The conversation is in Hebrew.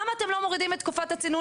למה אתם לא מורידים את תקופת הצינון